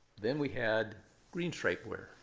then we had green stripe ware,